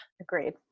Agreed